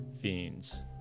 fiends